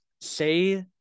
say